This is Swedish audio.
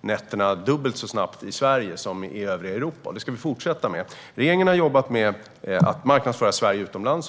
nätterna dubbelt så snabbt i Sverige som i övriga Europa. Det ska vi fortsätta med. Regeringen har jobbat med att marknadsföra Sverige utomlands.